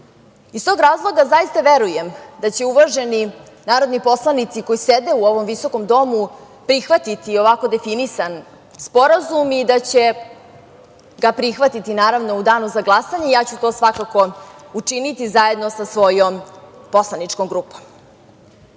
tog razloga zaista verujem da će uvaženi narodni poslanici koji sede u ovom visokom Domu prihvatiti ovako definisan sporazum i da će ga prihvatiti, naravno, u danu za glasanje, ja ću to svakako učiniti, zajedno sa svojom poslaničkom